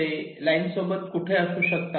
ते लाईन सोबत कुठे असू शकतात